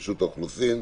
רשות האוכלוסין,